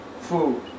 food